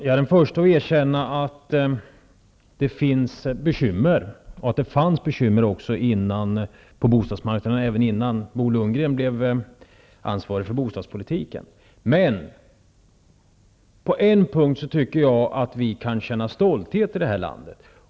Herr talman! Jag är den första att erkänna att det fanns bekymmer även innan Bo Lundgren blev ansvarig för bostadspolitiken. Men på en punkt tycker jag att vi kan känna stolthet i det här landet.